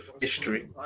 history